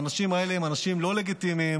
האנשים האלה הם אנשים לא לגיטימיים.